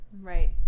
Right